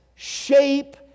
shape